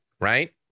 Right